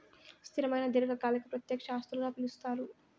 స్థిరమైన దీర్ఘకాలిక ప్రత్యక్ష ఆస్తులుగా పిలుస్తారు